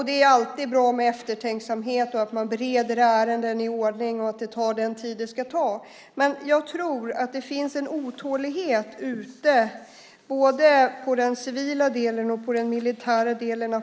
Det är alltid bra med eftertänksamhet, att man bereder ärenden i ordning och att det tar den tid det ska ta, men jag tror att det finns en otålighet både på den civila delen och på den militära delen.